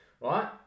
right